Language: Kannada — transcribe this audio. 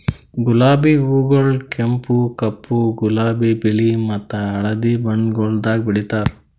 ಗುಲಾಬಿ ಹೂಗೊಳ್ ಕೆಂಪು, ಕಪ್ಪು, ಗುಲಾಬಿ, ಬಿಳಿ ಮತ್ತ ಹಳದಿ ಬಣ್ಣಗೊಳ್ದಾಗ್ ಬೆಳೆತಾರ್